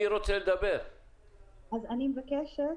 אני מבקשת.